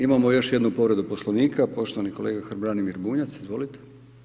Imamo još jednu povredu Poslovnika, poštovani kolega Branimir Bunjac, izvolite.